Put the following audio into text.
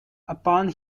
upon